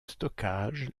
stockage